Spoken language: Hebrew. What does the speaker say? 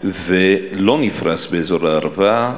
ולא נפרס באזור הערבה.